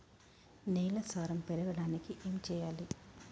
నేల సారం పెరగడానికి ఏం చేయాలి?